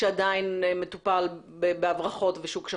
שעדיין מטופל בהברחות, בשוק שחור.